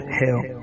hell